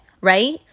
right